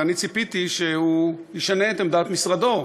ואני ציפיתי שהוא ישנה את עמדת משרדו.